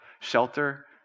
shelter